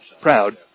proud